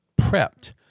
prepped